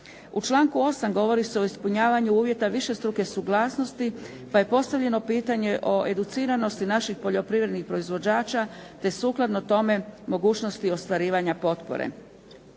U članku 8. govori se o ispunjavanju uvjeta višestruke suglasnosti pa je postavljeno pitanje o educiranosti naših poljoprivrednih proizvođača te sukladno tome mogućnosti ostvarivanja potpore.